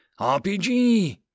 RPG